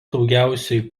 daugiausia